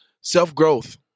Self-growth